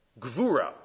Gvura